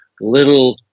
little